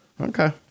Okay